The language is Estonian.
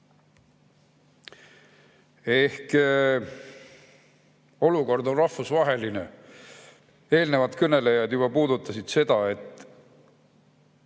Ehk olukord on rahvusvaheline. Eelnevad kõnelejad juba puudutasid seda, et